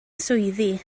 swyddi